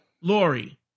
Lori